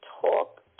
talk